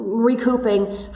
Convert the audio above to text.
recouping